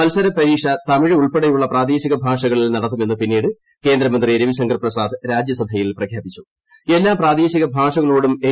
മത്സര പരീക്ഷ തമിഴ് ഉൾപ്പെടെയുള്ള് പ്രെങ്ങേശിക ഭാഷകളിൽ നടത്തുമെന്ന് പിന്നീട് കേന്ദ്രമന്ത്രി രവീശങ്കർ പ്രസാദ് രാജ്യസഭയിൽ പ്രഖ്യാപിച്ചും എല്ലാ ്പ്രാദേശിക ഭാഷകളോടും എൻ